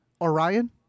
Orion